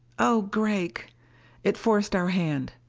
oh gregg it forced our hand.